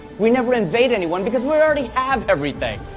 we never invade anyone because we already have everything.